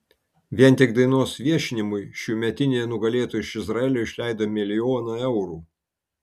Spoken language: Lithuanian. vien tik dainos viešinimui šiųmetinė nugalėtoja iš izraelio išleido milijoną eurų